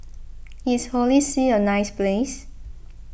is Holy See a nice place